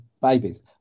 babies